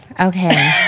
okay